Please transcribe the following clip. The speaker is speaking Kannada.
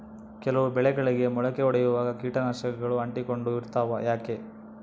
ಕೆಲವು ಬೆಳೆಗಳಿಗೆ ಮೊಳಕೆ ಒಡಿಯುವಾಗ ಕೇಟನಾಶಕಗಳು ಅಂಟಿಕೊಂಡು ಇರ್ತವ ಯಾಕೆ?